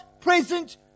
present